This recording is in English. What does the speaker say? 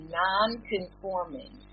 non-conforming